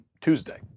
Tuesday